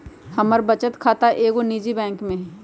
हमर बचत खता एगो निजी बैंक में हइ